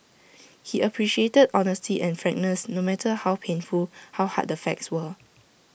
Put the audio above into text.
he appreciated honesty and frankness no matter how painful how hard the facts were